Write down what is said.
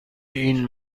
این